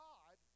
God